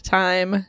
time